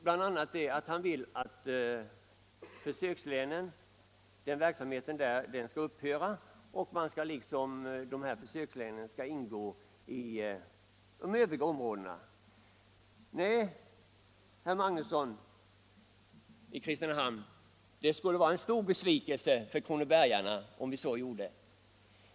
Han vill att verksamheten i försökslänen skall upphöra och att försökslänen skall ingå i de övriga områdena. Nej, herr Magnusson i Kristinehamn, det skulle vara en stor besvikelse för kronobergarna om vi gjorde så.